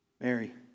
Mary